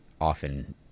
often